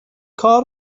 کار